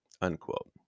unquote